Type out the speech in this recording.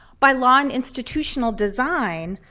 by law and institutional design,